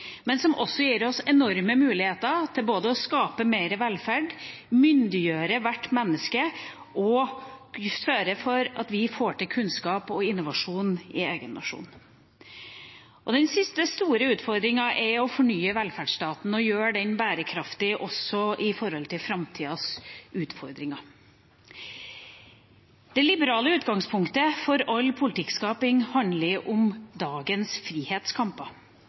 men som også gir oss enorme muligheter til både å skape mer velferd, myndiggjøre hvert menneske og sørge for at vi får til kunnskap og innovasjon i egen nasjon. Den siste store utfordringen er å fornye velferdsstaten og gjøre den bærekraftig også med tanke på framtidas utfordringer. Det liberale utgangspunktet for all politikkskaping handler om dagens frihetskamper,